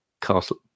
Castle